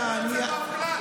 זה שקר.